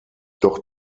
bücher